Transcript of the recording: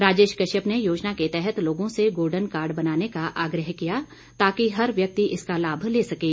राजेश कश्यप ने योजना के तहत लोगों से गोल्डन कार्ड बनाने का आग्रह किया ताकि हर व्यक्ति इसका लाभ ले सकें